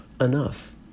enough